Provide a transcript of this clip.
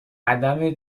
عدم